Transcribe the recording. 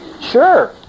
Sure